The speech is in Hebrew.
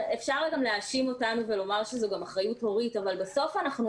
אפשר גם להאשים אותנו ולומר שזו גם אחריות הורית אבל בסוף אנחנו